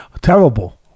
terrible